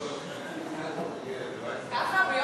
ככה?